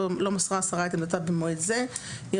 לא מסרה השרה את עמדתה במועד זה - ייראה